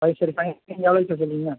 அது சரி final amount எவ்வளோ சார் சொல்லுறிங்க